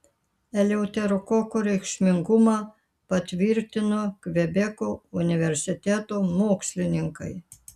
eleuterokoko reikšmingumą patvirtino kvebeko universiteto mokslininkai